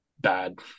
bad